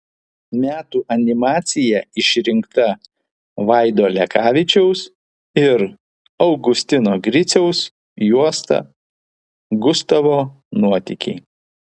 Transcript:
metų animacija išrinkta vaido lekavičiaus ir augustino griciaus juosta gustavo nuotykiai